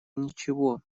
ничего